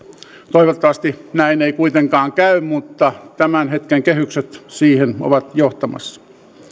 toivottavasti näin ei kuitenkaan käy mutta tämän hetken kehykset siihen ovat johtamassa